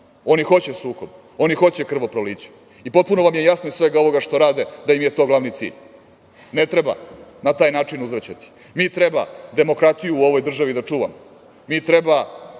Oni hoće sukob. Oni hoće krvoproliće i potpuno vam je jasno iz svega ovoga što rade da im je to glavni cilj. Ne treba na taj način uzvraćati. Mi treba demokratiju u ovoj državi da čuvamo. Mi treba